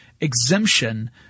exemption